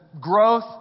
growth